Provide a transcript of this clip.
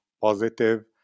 positive